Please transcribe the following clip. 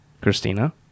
Christina